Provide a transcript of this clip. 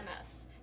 MS